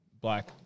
Black